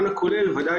נקודת המוצא היא